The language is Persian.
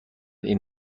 این